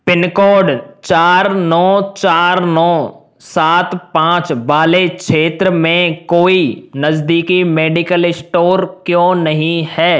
pin code चार नौ चार नौ सात पाँच वाले क्षेत्र में कोई नजदीकी मेडिकल स्टोर क्यों नहीं है